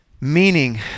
meaning